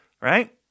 right